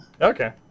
Okay